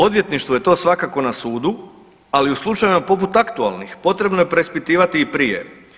Odvjetništvo je to svakako na sudu, ali u slučajevima poput aktualnih potrebno je preispitivati i prije.